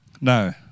No